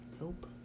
Nope